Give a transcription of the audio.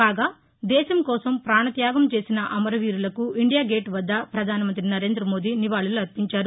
కాగా దేశంకోసం పాణత్యాగం చేసిన అమరవీరులకు ఇండియాగేట్ వద్ద ప్రధానమంత్రి నరేంద్రమోదీ నివాళులర్పించారు